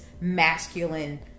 masculine